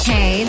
Hey